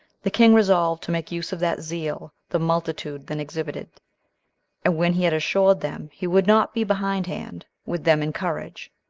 the king resolved to make use of that zeal the multitude then exhibited and when he had assured them he would not be behindhand with them in courage,